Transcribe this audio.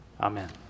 Amen